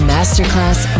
Masterclass